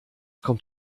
kommt